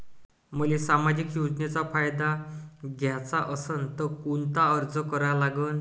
मले सामाजिक योजनेचा फायदा घ्याचा असन त कोनता अर्ज करा लागन?